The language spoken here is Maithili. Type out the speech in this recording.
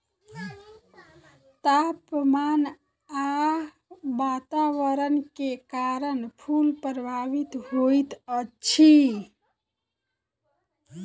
तापमान आ वातावरण के कारण फूल प्रभावित होइत अछि